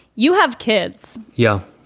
you have kids. yeah.